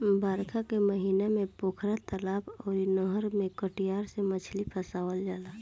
बरखा के महिना में पोखरा, तलाब अउरी नहर में कटिया से मछरी फसावल जाला